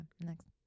next